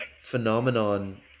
phenomenon